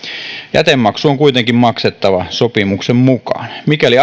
jätemaksu on kuitenkin maksettava sopimuksen mukaan mikäli